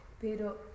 Pero